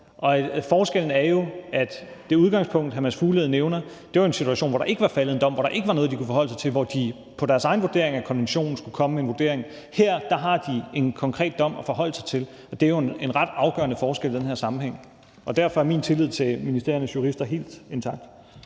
forskellen er jo, at det udgangspunkt, hr. Mads Fuglede nævner, var en situation, hvor der ikke var faldet en dom, og hvor der ikke var noget, de kunne forholde sig til, og hvor de ud fra deres egen vurdering af konventionen skulle komme med en vurdering. Her har de en konkret dom at forholde sig til, og det er jo en ret afgørende forskel i den her sammenhæng. Derfor er min tillid til ministeriernes jurister helt intakt.